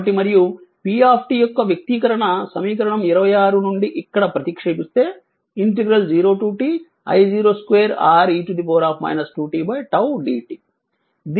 కాబట్టి మరియు p యొక్క వ్యక్తీకరణ సమీకరణం 26 నుండి ఇక్కడ ప్రతిక్షేపిస్తే 0tI0 2 R e 2t 𝝉 dt